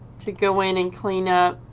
to go in and clean up